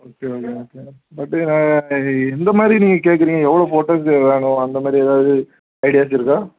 okay okay okay madam okay எந்தமாதிரி நீங்கள் கேட்குறீங்க எவ்வளோ ஃபோட்டோஸ் வேணும் அந்தமாதிரி ஏதாவது ஐடியாஸ் இருக்கா